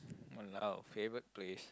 !walao! favourite place